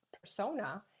persona